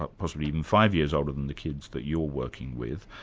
ah possibly even five years older than the kids that you're working with,